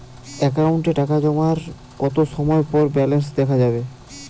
অ্যাকাউন্টে টাকা জমার কতো সময় পর ব্যালেন্স দেখা যাবে?